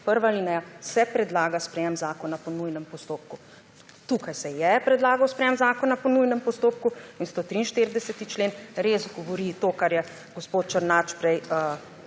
prva alineja, »se predlaga sprejem zakona po nujnem postopku«. Tukaj se je predlagal sprejem zakona po nujnem postopku in 143. člen res govori to, kar je gospod Černač prej